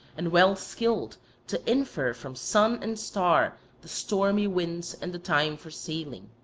and well skilled to infer from sun and star the stormy winds and the time for sailing.